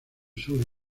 sur